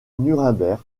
nuremberg